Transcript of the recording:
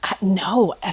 no